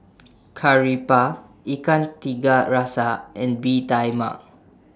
Curry Puff Ikan Tiga Rasa and Bee Tai Mak